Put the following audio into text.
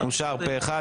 אושר פה אחד.